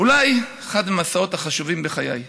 אולי אחד המסעות החשובים בחיי.